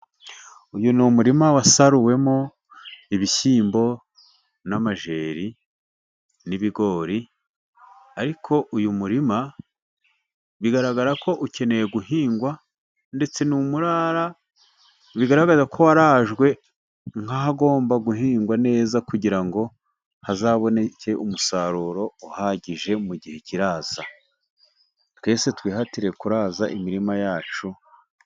Uyu ni umurima wasaruwemo ibishyimbo, n'amajeri, n'ibigori, ariko uyu murima bigaragara ko ukeneye guhingwa, ndetse ni umurara, bigaragara ko warajwe nk'ahagomba guhingwa neza, kugira ngo hazaboneke umusaruro uhagije mu gihe kiraza. Twese twihatire kuraza imirima yacu.